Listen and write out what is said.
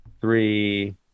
three